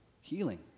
healing